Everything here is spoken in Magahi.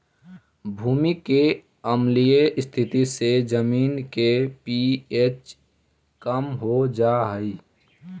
भूमि के अम्लीय स्थिति से जमीन के पी.एच कम हो जा हई